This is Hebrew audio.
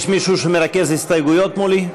יש מישהו שמרכז הסתייגויות מולי?